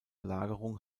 lagerung